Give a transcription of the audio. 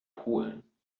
polen